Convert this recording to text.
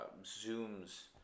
zooms